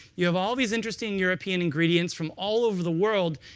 you have all these interesting european ingredients from all over the world,